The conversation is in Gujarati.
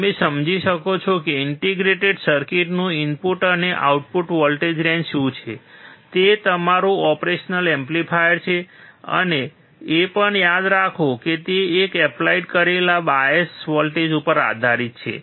તમે સમજી શકો છો કે ઇન્ટિગ્રેટેડ સર્કિટની ઇનપુટ અને આઉટપુટ વોલ્ટેજ રેન્જ શું છે તે તમારું ઓપરેશનલ એમ્પ્લીફાયર છે અને એ પણ યાદ રાખો કે તે તમે એપ્લાઈડ કરી રહેલા બાયસ વોલ્ટેજ ઉપર આધારિત છે